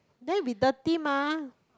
then it will dirty mah